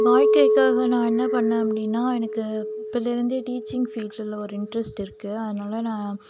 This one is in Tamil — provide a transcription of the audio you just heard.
வாழ்க்கைக்காக நான் என்ன பண்ணேன் அப்படினா எனக்கு அப்பதுலேருந்தே டீச்சிங் ஃபீல்டில் ஒரு இன்ட்ரஸ்ட் இருக்குது அதனால நான்